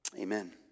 Amen